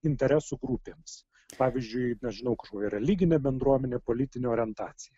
interesų grupėms pavyzdžiui nežinau kažkokia religinė bendruomenė politinė orientacija